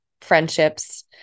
friendships